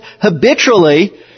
habitually